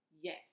Yes